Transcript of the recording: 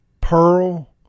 Pearl